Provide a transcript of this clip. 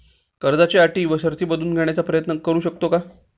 कर्जाच्या अटी व शर्ती बदलून घेण्याचा प्रयत्न करू शकतो का?